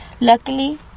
luckily